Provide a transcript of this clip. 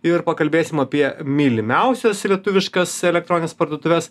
ir pakalbėsim apie mylimiausias lietuviškas elektronines parduotuves